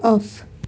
off